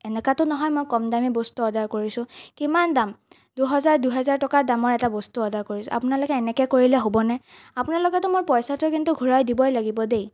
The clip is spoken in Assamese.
এনেকুৱাতো নহয় মই কম দামী বস্তু অৰ্ডাৰ কৰিছোঁ কিমান দাম দুহেজাৰ দুহেজাৰ টকা দামৰ এটা বস্তু অৰ্ডাৰ কৰিছোঁ আপোনালোকে এনেকৈ কৰিলে হ'বনে আপোনালোকে তো মোৰ পইচাটো কিন্তু ঘূৰাই দিবই লাগিব দেই